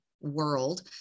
world